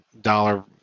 dollar